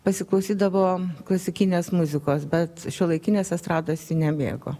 pasiklausydavo klasikinės muzikos bet šiuolaikinės estrados ji nemėgo